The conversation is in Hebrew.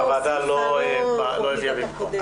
הוועדה לא הביאה במקום.